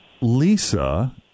Lisa